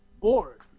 bored